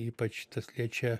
ypač tas liečia